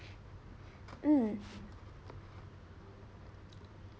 mm